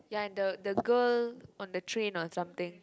ya and the the girl on the train or something